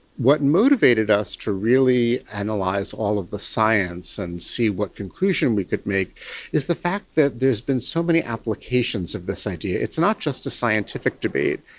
what motivated us to really and analyse all of the science and see what conclusion we could make is the fact that there has been so many applications of this idea. it's not just a scientific debate.